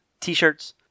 t-shirts